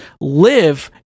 live